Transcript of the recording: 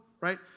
right